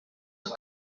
aka